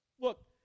Look